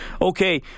Okay